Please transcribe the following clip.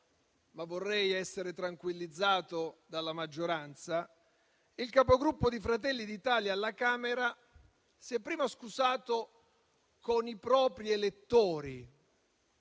ma vorrei essere tranquillizzato dalla maggioranza, il Capogruppo di Fratelli d'Italia alla Camera si è prima scusato con i propri elettori,